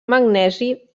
magnesi